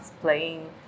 playing